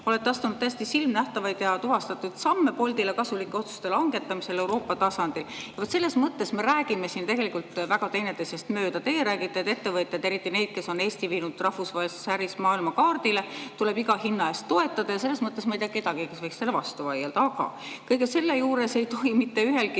olete astunud tõesti silmanähtavaid ja tuvastatud samme Boltile kasulike otsuste langetamisel Euroopa tasandil. Selles mõttes me räägime siin tegelikult väga teineteisest mööda. Teie räägite, et ettevõtjaid, eriti neid, kes on Eesti viinud rahvusvahelises äris maailmakaardile, tuleb iga hinna eest toetada. Ja ma ei tea kedagi, kes võiks sellele vastu vaielda. Aga kõige selle juures ei tohi mitte ühelgi